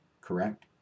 Correct